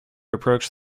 approach